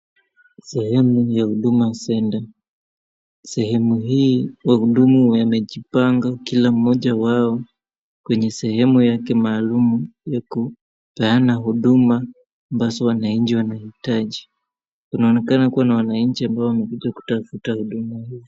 Sehemu ya Huduma Centre. Sehemu hii wahudumu wamejipanga, kila mmoja wao kwenye sehemu yake maalum uku wakipeana huduma ambazo wananchi wanaitaji. Kunaonekana kuwa na wananchi ambao wamekuja kutafuta huduma.